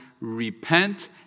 repent